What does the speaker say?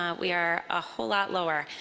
um we are a whole lot lower.